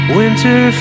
winter